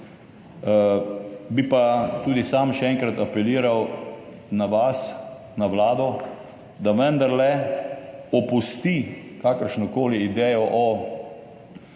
bi pa tudi sam še enkrat apeliral na vas, na Vlado, da vendarle opusti kakršnokoli idejo o, kot